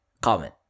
comment